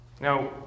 Now